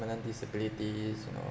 permanent disabilities you know